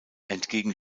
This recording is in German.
entgegen